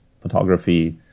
photography